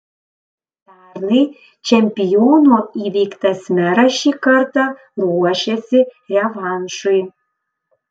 pernai čempiono įveiktas meras šį kartą ruošiasi revanšui